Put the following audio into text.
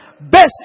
best